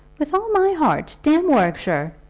with all my heart. damn warwickshire.